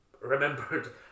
remembered